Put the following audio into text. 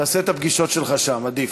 תעשה את הפגישות שלך שם, עדיף.